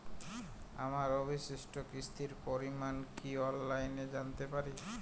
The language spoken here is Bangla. আমার অবশিষ্ট কিস্তির পরিমাণ কি অফলাইনে জানতে পারি?